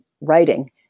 writing